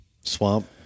swamp